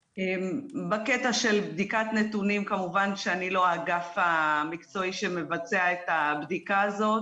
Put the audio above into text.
בקטע של בדיקת נתונים כמובן שאני לא האגף המקצועי שמבצע את הבדיקה הזאת,